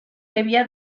debía